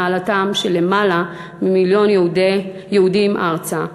העלאתם של למעלה ממיליון יהודים ארצה.